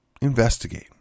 Investigate